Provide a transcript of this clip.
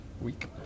week